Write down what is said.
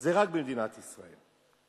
זה רק במדינת ישראל.